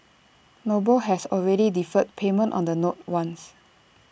noble has already deferred payment on the notes once